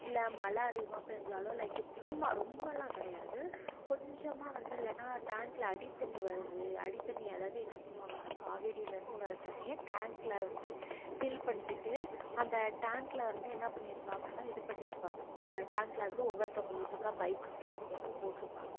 இல்லை மழை அதிகமாக பெஞ்சாலோ லைக்கு சும்மா ரொம்பெல்லாம் கிடையாது கொஞ்சமாக வந்து இல்லைனா டேங்க்கில் அடி தண்ணி வருது அடி தண்ணி அதாவது என்ன பண்ணுவாங்கன்னால் காவேரிலேருந்து வர தண்ணியை டேங்க்கில் வந்து ஃபில் பண்ணிக்கிட்டு அந்த டேங்க்லிருந்து என்ன பண்ணியிருப்பாங்கன்னா இது பண்ணியிருப்பாங்க டேங்க்லிருந்து ஒவ்வொருத்தவங்க வீட்டுக்கா பைப் கனெக்ஷன் கொடுத்து போட்டிருப்பாங்க